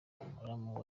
muramu